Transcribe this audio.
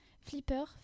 Flipper